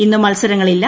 ഇന്ന് മത്സരങ്ങളില്ല